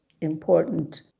important